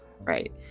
Right